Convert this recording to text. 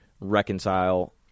reconcile